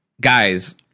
guys